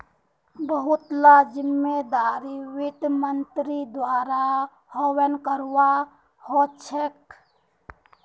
बहुत ला जिम्मेदारिक वित्त मन्त्रीर द्वारा वहन करवा ह छेके